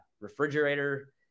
refrigerator